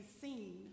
seen